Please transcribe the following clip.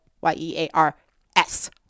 Y-E-A-R-S